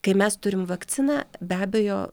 kai mes turim vakciną be abejo